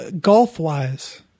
golf-wise